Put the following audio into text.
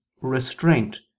restraint